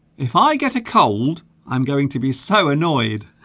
if i get a cold i'm going to be so annoyed